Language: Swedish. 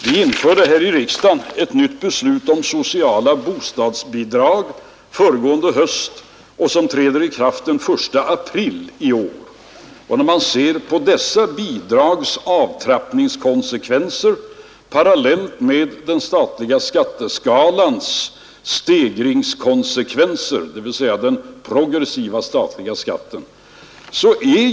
Vi fattade här i riksdagen under hösten ett beslut om sociala bostadsbidrag som träder i kraft den 1 april i år och som får avtrappningskonsekvenser parallellt med den statliga skatteskalans stegringskonsekvenser, dvs. den progressiva statliga skatten.